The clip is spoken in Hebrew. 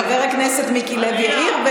חבר הכנסת מיקי לוי העיר,